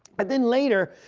and then later,